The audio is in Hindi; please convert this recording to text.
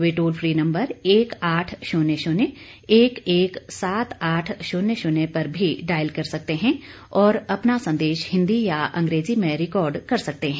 वे टोल फ्री नंबर एक आठ शून्य शून्य एक एक सात आठ शून्य शून्य पर भी डायल कर सकते हैं और अपना संदेश हिंदी या अंग्रेजी में रिकॉर्ड कर सकते हैं